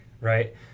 right